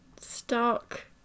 stark